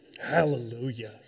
Hallelujah